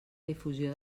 difusió